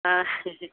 ஆ